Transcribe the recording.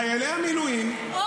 את רוצה שחיילי המילואים -- הו,